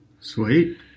sweet